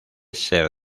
ser